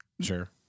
Sure